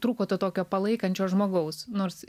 trūko to tokio palaikančio žmogaus nors